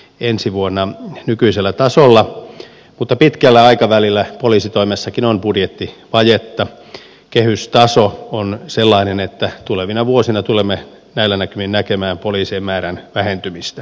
ensi vuonna nykyisellä tasolla mutta pitkällä aikavälillä poliisitoimessakin on budjetin vajetta kehystaso on sellainen että tulevina vuosina tulemme näillä näkymin näkemään poliisien määrän vähentymistä